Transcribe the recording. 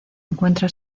encuentra